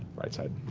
right side.